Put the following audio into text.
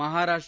Maharashtra